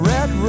Red